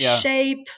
shape